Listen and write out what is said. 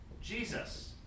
Jesus